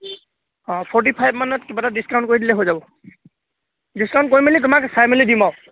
অঁ ফৰ্টি ফাইভমানত কিবা এটা ডিছকাউণ্ট কৰি দিলে হৈ যাব ডিছকাউণ্ট কৰি মেলি তোমাক চাই মেলি দিম আৰু